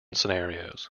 scenarios